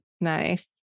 Nice